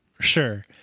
Sure